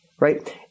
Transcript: right